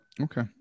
Okay